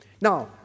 now